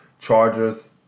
Chargers